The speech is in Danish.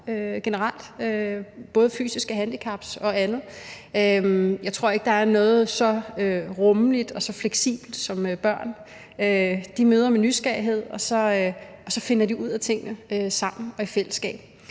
både fysiske handicaps og andet. Jeg tror ikke, der er noget, der er så rummeligt og så fleksibelt som børn. De møder med nysgerrighed, og så finder de ud af tingene sammen og i fællesskab.